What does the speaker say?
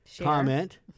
comment